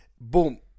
boom